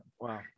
Wow